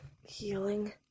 healing